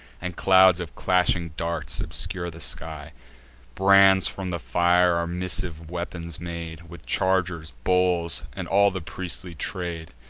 and clouds of clashing darts obscure the sky brands from the fire are missive weapons made, with chargers, bowls, and all the priestly trade.